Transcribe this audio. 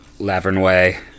Lavernway